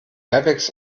airbags